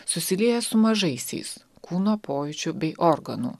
susilieja su mažaisiais kūno pojūčių bei organų